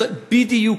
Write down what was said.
זו בדיוק